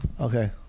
Okay